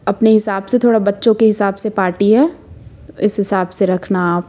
अपने हिसाब से थोड़ा बच्चों के हिसाब से पार्टी है तो इस हिसाब से रखना आप